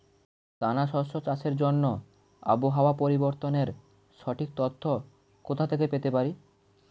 দানা শস্য চাষের জন্য আবহাওয়া পরিবর্তনের সঠিক তথ্য কোথা থেকে পেতে পারি?